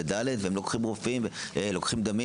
ולוקחים דמים.